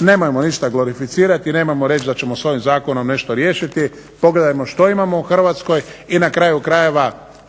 nemojmo ništa glorificirati, nemojmo reći da ćemo s ovim zakonom nešto riješiti, pogledajmo što imamo u Hrvatskoj i na kraju krajeva